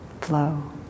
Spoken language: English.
flow